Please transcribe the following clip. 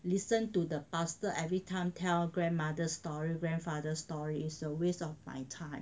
listen to the pastor everytime tell grandmother story grandfather story it's a waste of my time